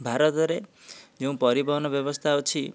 ଭାରତରେ ଯେଉଁ ପରିବହନ ବ୍ୟବସ୍ଥା ଅଛି